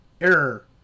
error